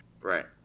Right